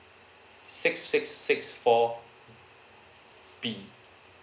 six six six four B